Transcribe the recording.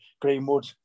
Greenwood